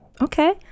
okay